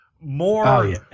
more